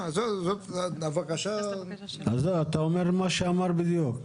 אתה אומר מה שאמר בדיוק?